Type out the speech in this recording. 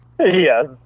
Yes